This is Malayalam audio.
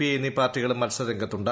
ഐ എന്നീ പാർട്ടികളും മത്സര രംഗത്തുണ്ട്